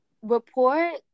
Report